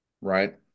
right